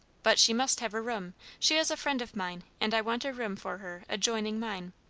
but she must have a room. she is a friend of mine, and i want a room for her adjoining mine.